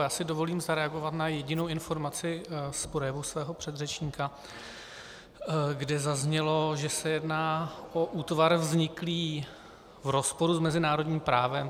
Já si dovolím zareagovat na jedinou informaci z projevu svého předřečníka, kde zaznělo, že se jedná o útvar vzniklý v rozporu s mezinárodním právem.